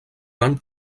van